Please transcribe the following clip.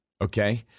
Okay